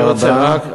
תודה רבה.